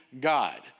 God